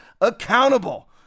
accountable